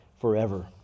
forever